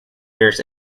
years